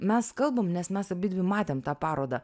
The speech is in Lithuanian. mes kalbam nes mes abidvi matėm tą parodą